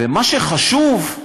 ומה שחשוב,